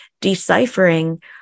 deciphering